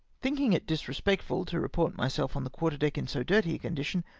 thinking it disrespectful to report myself on the quarter deck in so du-ty a condition,